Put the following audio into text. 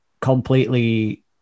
completely